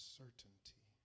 certainty